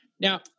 Now